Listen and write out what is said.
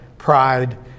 pride